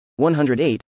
108